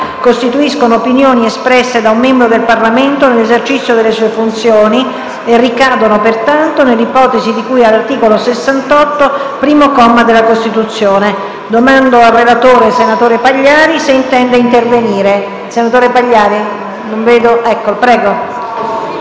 costituiscono opinioni espresse da un membro del Parlamento nell'esercizio delle sue funzioni e ricadono pertanto nell'ipotesi di cui all'articolo 68, primo comma, della Costituzione. Chiedo al relatore, senatore Pagliari, se intende integrare la relazione scritta.